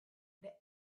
the